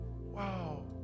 Wow